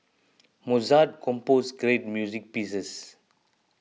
Mozart composed great music pieces